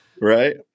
Right